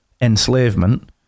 enslavement